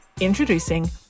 Introducing